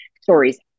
stories